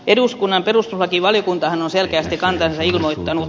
eduskunnan perustuslakivaliokuntahan on selkeästi kantansa ilmoittanut